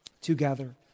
Together